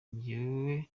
njyewe